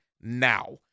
now